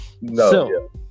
no